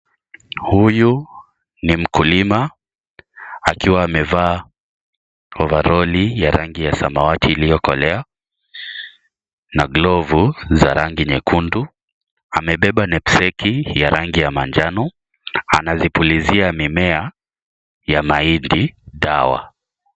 Huyu ni mkulima akiwa amevaa ovaroli ya rangi ya samawati iliyokolea na glavu za rangi nyekundu. Amebeba knapsack ya rangi ya manjano, anaipulizia mimea ya mahindi dawa.